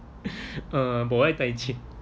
uh